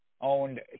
owned